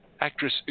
Actress